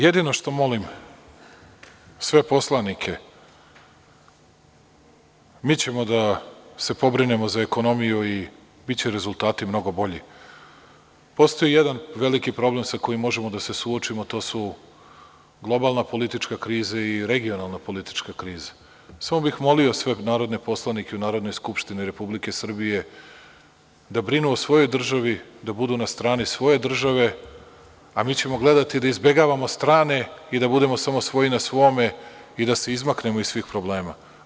Jedino što molim sve poslanike, mi ćemo da se pobrinemo za ekonomiju i biće rezultati mnogo bolji, postoji jedan veliki problem sa kojim možemo da se suočimo, a to su globalna politička kriza i regionalna politička kriza, molio bi sve narodne poslanike u Narodnoj skupštini Republike Srbije da brinu o svojoj državi, da budu na strani svoje države, a mi ćemo gledati da izbegavamo strane i da budemo samo svoji na svome i da se izmaknemo iz svih problema.